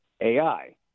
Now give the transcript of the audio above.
AI